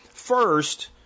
First